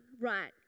right